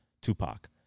Tupac